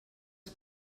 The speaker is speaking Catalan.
has